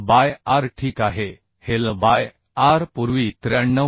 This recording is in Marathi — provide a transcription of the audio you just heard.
L बाय r ठीक आहे हे L बाय r पूर्वी 93